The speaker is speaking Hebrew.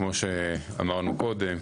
כמו שאמרנו קודם,